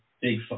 big